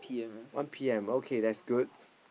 one P_M okay that's good